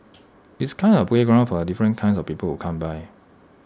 it's kind of A playground for the different kinds of people who come by